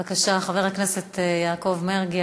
בבקשה, חבר הכנסת יעקב מרגי.